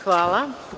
Hvala.